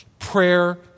Prayer